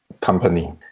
company